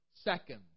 seconds